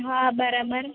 હા બરાબર